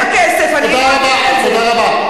אתם בכסף, תודה רבה.